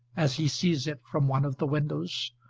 as he sees it from one of the windows,